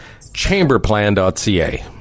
chamberplan.ca